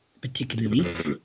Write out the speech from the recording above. particularly